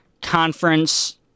Conference